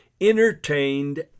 entertained